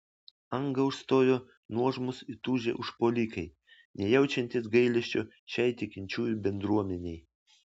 angą užstojo nuožmūs įtūžę užpuolikai nejaučiantys gailesčio šiai tikinčiųjų bendruomenei